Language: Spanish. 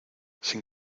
sin